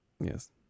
Yes